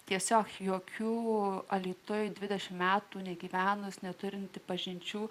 tiesiog jokių alytuje dvidešimt metų negyvenus neturint pažinčių